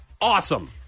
Awesome